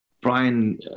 Brian